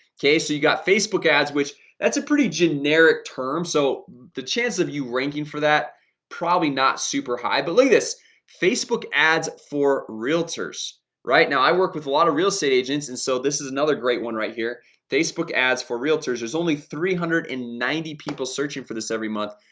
okay, so you've got facebook ads, which that's a pretty generic term so the chances of you ranking for that probably not super high believe this facebook ads for realtors right now i work with a lot of real estate agents. and so this is another great one right here facebook ads for realtors there's only three hundred and ninety people searching for this every month,